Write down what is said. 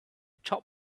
top